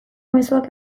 mezuak